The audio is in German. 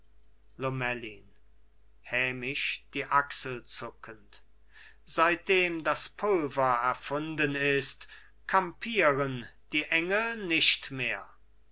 lomellin hämisch die achsel zuckend seitdem das pulver erfunden ist kampieren die engel nicht mehr